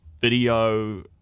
video